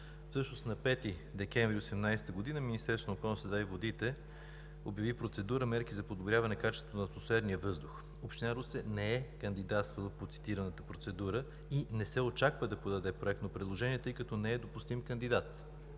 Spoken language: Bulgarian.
всъщност на 5 декември 2018 г. Министерството на околната среда и водите обяви процедура „Мерки за подобряване качеството на атмосферния въздух“. Община Русе не е кандидатствала по цитираната процедура и не се очаква да подаде проектно предложение, тъй като не е допустим кандидат